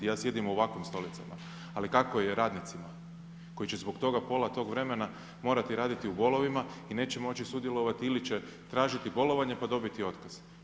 Ja sjedim u ovakvim stolicama, ali kako je radnicima koji će zbog toga pola tog vremena morati raditi u bolovima i neće moći sudjelovati ili će tražiti bolovanje pa dobiti otkaz.